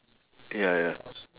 ya ya